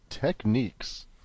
techniques